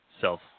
self